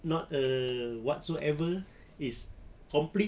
not a whatsoever is complete